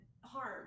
harm